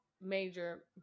major